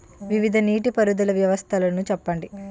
వివిధ నీటి పారుదల వ్యవస్థలను చెప్పండి?